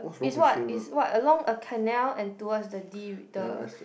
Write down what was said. its what its what along a canal and towards the D the